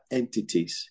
entities